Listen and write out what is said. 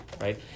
right